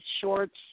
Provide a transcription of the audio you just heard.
shorts